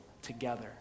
together